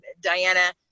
Diana